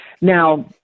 Now